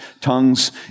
tongues